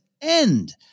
end